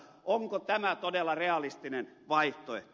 onko tämä todella realistinen vaihtoehto